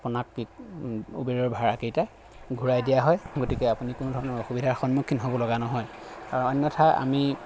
আপোনাক ওবেৰৰ ভাড়াকেইটা ঘূৰাই দিয়া হয় গতিকে আপুনি কোনো ধৰণৰ অসুবিধাৰ সন্মুখীন হ'বলগা নহয় আৰু অন্য ঠাই আমি